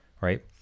right